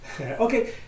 okay